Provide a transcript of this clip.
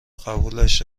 قبولش